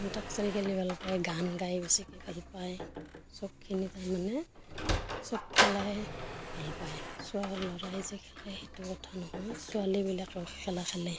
অন্ত আক্ষৰি খেলি ভাল পায় গান গাই বেছি ভাল পায় চবখিনি তাৰমানে চব খেলাই ভাল পায় ছোৱালী ল'ৰাই যে খেলে সেইটো কথা নহয় ছোৱালীবিলাকেও খেলা খেলে